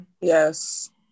yes